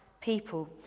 people